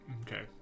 Okay